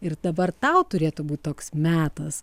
ir dabar tau turėtų būt toks metas